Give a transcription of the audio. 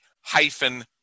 hyphen